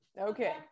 Okay